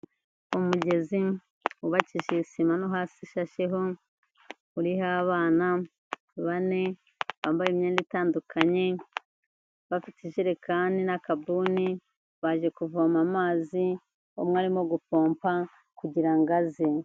Umugezi wubakishije isima no hasi isasheho, uriho abana bane bambaye imyenda itandukanye bafite ijerekani n'akabuni baje kuvoma amazi, umwe arimo gupompa kugira ngo aze.